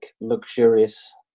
luxurious